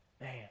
man